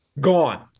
Gone